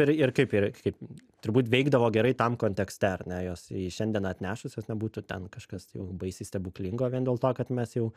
ir ir kaip ir kaip turbūt veikdavo gerai tam kontekste ar ne jos į šiandieną atnešus jos nebūtų ten kažkas jau baisiai stebuklingo vien dėl to kad mes jau